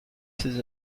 ses